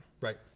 Right